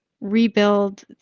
rebuild